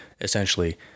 essentially